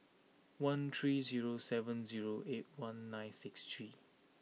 one three zero seven zero eight one nine six three